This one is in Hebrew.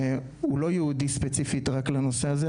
הוא לא ייעודי ספציפית רק לנושא הזה.